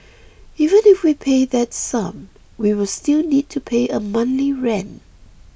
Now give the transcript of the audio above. even if we pay that sum we will still need to pay a monthly rent